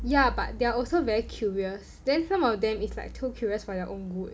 ya but they are also very curious then some of them is like too curious for their own good